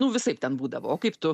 nu visaip ten būdavo o kaip tu